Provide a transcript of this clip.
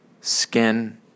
skin